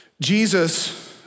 Jesus